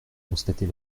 constater